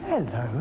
Hello